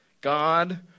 God